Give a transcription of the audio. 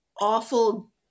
awful